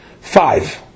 Five